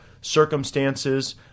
circumstances